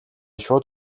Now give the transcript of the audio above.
шууд